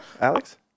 Alex